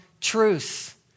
truth